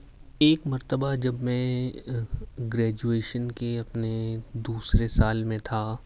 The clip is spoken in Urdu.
ایک مرتبہ جب میں گریجویشن کے اپنے دوسرے سال میں تھا